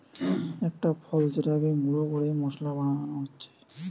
একটা ফল যেটাকে গুঁড়ো করে মশলা বানানো হচ্ছে